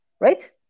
right